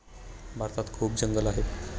भारतात खूप जंगलं आहेत